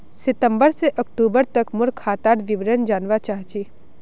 सितंबर से अक्टूबर तक मोर खाता डार विवरण जानवा चाहची?